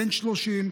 בן 30,